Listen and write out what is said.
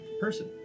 person